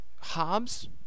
Hobbes